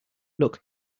look